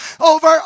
over